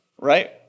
right